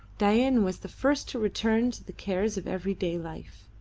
dain was the first to return to the cares of everyday life.